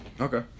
Okay